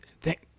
thank